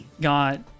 got